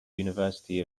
university